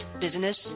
business